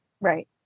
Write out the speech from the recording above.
Right